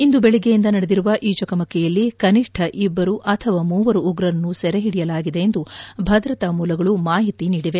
ಇಂದು ಬೆಳಗ್ಗೆಯಿಂದ ನಡೆದಿರುವ ಈ ಚಕಮಕಿಯಲ್ಲಿ ಕನಿಷ್ಣ ಇಬ್ಬರು ಅಥವಾ ಮೂವರು ಉಗ್ರರನ್ನು ಸೆರೆಹಿಡಿಯಲಾಗಿದೆ ಎಂದು ಭದ್ರತಾ ಮೂಲಗಳು ಮಾಹಿತಿ ನೀಡಿವೆ